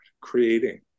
creating